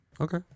Okay